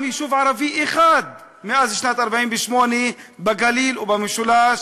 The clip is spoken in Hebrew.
יישוב ערבי אחד מאז שנת 1948 בגליל ובמשולש,